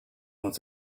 was